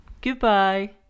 Goodbye